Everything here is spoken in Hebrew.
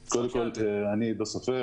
אני עידו סופר,